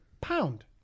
pound